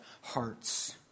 hearts